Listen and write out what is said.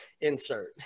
insert